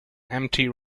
empty